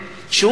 הרי,